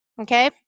Okay